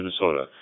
Minnesota